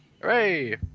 Hooray